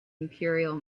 imperial